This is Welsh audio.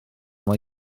mae